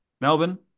Melbourne